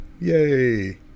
yay